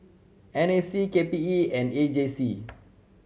N A C K P E and A J C